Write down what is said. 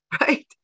Right